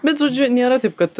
bet žodžiu nėra taip kad